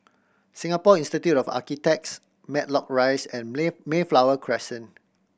Singapore Institute of Architects Matlock Rise and May Mayflower Crescent